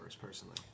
personally